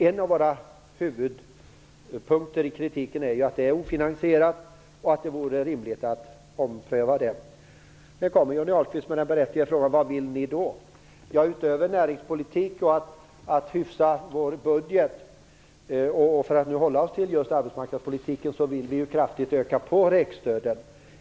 En av huvudpunkterna i kritiken är att det är ofinansierat och att det vore rimligt att ompröva det. Johnny Ahlqvist kommer med den berättigade frågan: Vad vill ni då göra? Utöver näringspolitiska åtgärder och att hyfsa vår budget, för att nu hålla oss till arbetsmarknadspolitiken, vill vi kraftigt öka på rekryteringsstödet.